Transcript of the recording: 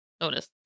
notice